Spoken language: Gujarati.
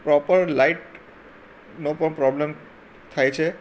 પ્રોપર લાઇટનો પણ પ્રોબ્લ્મ થાય છે